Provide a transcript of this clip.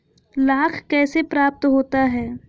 लाख कैसे प्राप्त होता है?